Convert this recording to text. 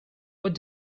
what